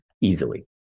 easily